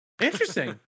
Interesting